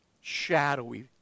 shadowy